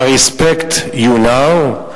I respect you now,